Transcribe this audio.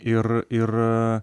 ir ir